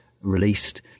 released